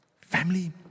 Family